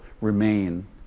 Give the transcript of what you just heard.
remain